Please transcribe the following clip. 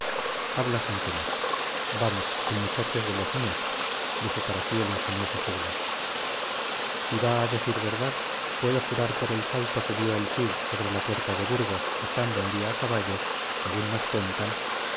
habla sin temor vamos el muchacho es de los míos dijo para sí el ingenioso juglar si va a decir verdad puedo jurar por el salto que dio el cid sobre la puerta de burgos estando un día a caballo según nos cuentan